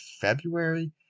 February